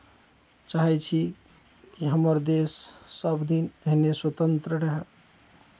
चाहै छी कि हमर देश सभ दिन एहने स्वतन्त्र रहय